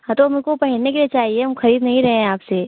हाँ तो हमको पहेनने के लिए चाहिए हम खरीद नहीं रहे हैं आपसे